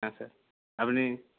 হ্যাঁ স্যার আপনি